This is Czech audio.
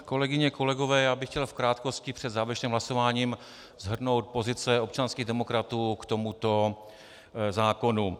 Kolegyně, kolegové, já bych chtěl v krátkosti před závěrečným hlasováním shrnout pozice občanských demokratů k tomuto zákonu.